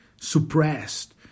suppressed